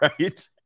right